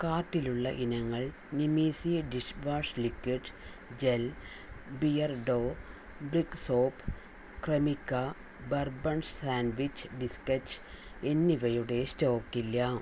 കാർട്ടിലുള്ള ഇനങ്ങൾ നിമീസി dish wash liquid gel Beardo brick soap Cremica bourbon sandwich biscuit എന്നിവയുടെ സ്റ്റോക്കില്ല